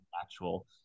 actual